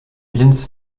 więc